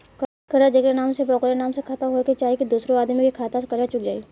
कर्जा जेकरा नाम से बा ओकरे नाम के खाता होए के चाही की दोस्रो आदमी के खाता से कर्जा चुक जाइ?